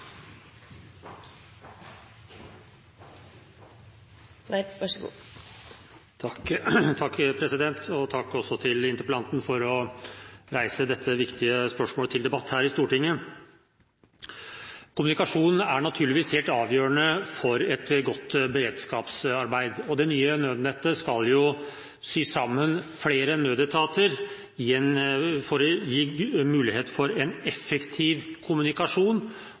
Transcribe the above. Takk til interpellanten for å reise dette viktige spørsmålet til debatt her i Stortinget. Kommunikasjon er naturligvis helt avgjørende for et godt beredskapsarbeid, og det nye nødnettet skal jo sy sammen flere nødetater for å gi mulighet for en effektiv kommunikasjon